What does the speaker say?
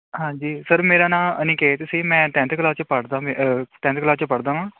ਹਾਂਜੀ ਸਰ ਮੇਰਾ ਨਾਂ ਅਨੀਕੇਤ ਸੀ ਮੈਂ ਟੈਂਨਥ ਕਲਾਸ 'ਚ ਪੜ੍ਹਦਾ ਟੈਂਨਥ ਕਲਾਸ 'ਚ ਪੜ੍ਹਦਾ ਵਾਂ